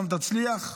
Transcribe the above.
גם תצליח,